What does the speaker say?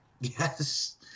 Yes